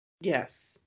Yes